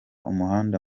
umuhanda